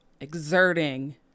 Exerting